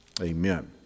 Amen